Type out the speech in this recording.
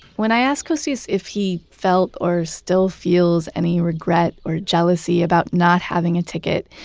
when i ask costis if he felt or still feels any regret or jealousy about not having a ticket,